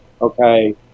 okay